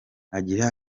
agira